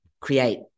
create